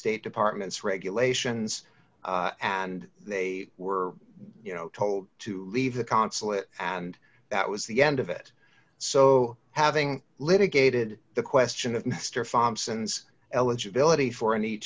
state department's regulations and they were you know told to leave the consulate and that was the end of it so having litigated the question of mr farm since eligibility for any